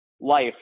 life